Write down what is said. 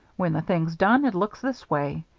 when the thing's done it looks this way.